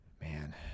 Man